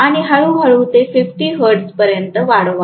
आणि हळू हळू ते 50 हर्ट्जमध्ये वाढवा